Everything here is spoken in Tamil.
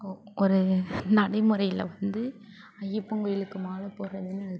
ஒ ஒரு நடைமுறையில் வந்து ஐயப்பன் கோவிலுக்கு மாலை போடுறதுனு இருக்குது